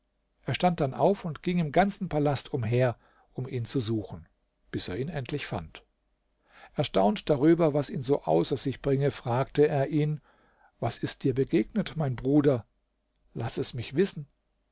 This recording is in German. er stand dann auf und ging im ganzen palast umher um ihn zu suchen bis er ihn endlich fand erstaunt darüber was ihn so außer sich bringe fragte er ihn was ist dir begegnet mein bruder laß es mich wissen